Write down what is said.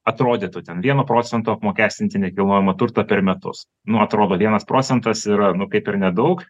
atrodytų ten vieno procentu apmokestinti nekilnojamo turto per metus nuo atrodo vienas procentas yra kaip ir nedaug